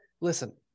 listen